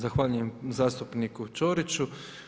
Zahvaljujem zastupniku Ćoriću.